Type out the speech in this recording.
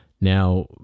Now